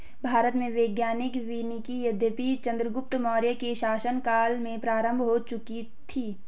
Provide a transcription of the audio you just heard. भारत में वैज्ञानिक वानिकी यद्यपि चंद्रगुप्त मौर्य के शासन काल में प्रारंभ हो चुकी थी